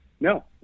no